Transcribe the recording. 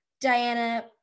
Diana